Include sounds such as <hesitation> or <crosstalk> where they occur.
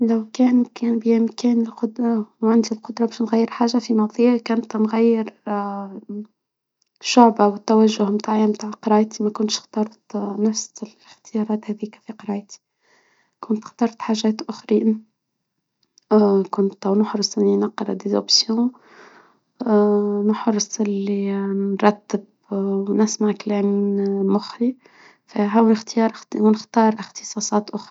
لو كان كان بيمكن القدرة وعنده القدرة من غير حاجة فيما فيك إنت مغير <hesitation> شعبة والتوجه متاع متاع قرايتي ما كنتش اخترت <hesitation> اختيارات هاديك في قرايتي، كنت اخترت حاجات اخرين، <hesitation> نحرك إللي مرتب ونسمع كلام مخي، ونختار اختصاصات أخرى.